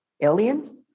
Alien